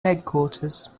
headquarters